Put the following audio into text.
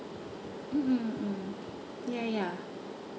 mm mm mm ya ya